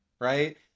right